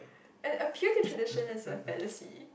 an appeal to tradition is a fantasy